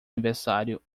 aniversário